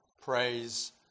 Praise